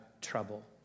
trouble